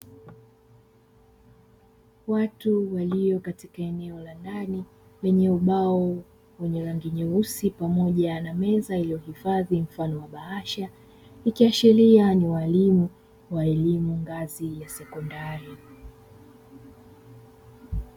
Watu walio katika eneo la ndani lenye ubao wa rangi nyeusi pamoja na meza iliyohifadhi mfano wa bahasha, ikiashiria ni walimu wa elimu ngazi ya sekondari .